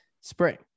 spring